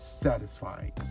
satisfying